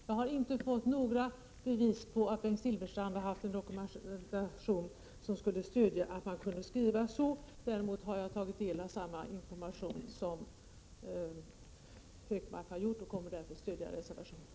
Jag har inte fått några bevis på att Bengt Silfverstrand har haft en dokumentation som skulle stödja en sådan skrivning. Däremot har jag tagit del av samma information som Gunnar Hökmark har fått, och jag kommer därför att stödja reservationen.